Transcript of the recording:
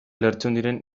lertxundiren